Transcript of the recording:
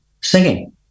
singing